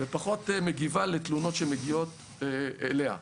ופחות מגיבה לתלונות שמגיעות אליה.